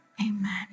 Amen